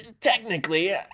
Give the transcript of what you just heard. Technically